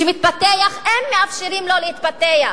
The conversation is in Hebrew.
שמתפתח אם מאפשרים לו להתפתח.